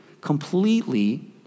completely